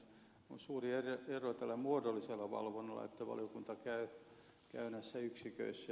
nyt on suuri ero tällä muodollisella valvonnalla että valiokunta käy näissä yksiköissä